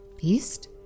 Beast